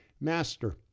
Master